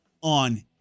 on